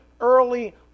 early